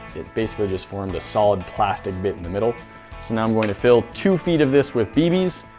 it basically just formed a solid plastic bit in the middle. so now i'm going to fill two feet of this with bbs,